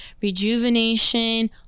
rejuvenation